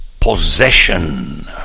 possession